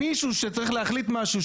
מישהו שצריך להחליט משהו,